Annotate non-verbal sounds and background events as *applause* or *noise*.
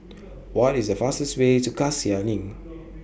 *noise* What IS The fastest Way to Cassia LINK